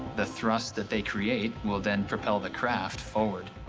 the thrust that they create will then propel the craft forward.